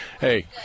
hey